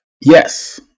Yes